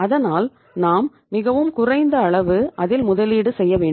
அதனால் நாம் மிகவும் குறைந்த அளவு அதில் முதலீடு செய்ய வேண்டும்